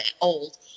old